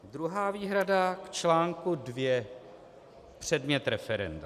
Druhá výhrada k článku 2 Předmět referenda.